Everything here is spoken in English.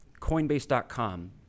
coinbase.com